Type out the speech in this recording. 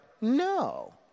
no